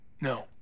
No